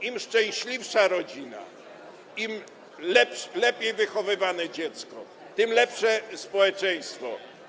Im szczęśliwsza rodzina, im lepiej wychowywane dziecko, tym lepsze społeczeństwo.